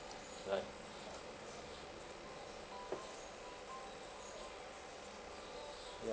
like ya